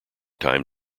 time